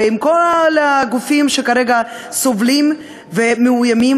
ועם כל הגופים שכרגע סובלים ומאוימים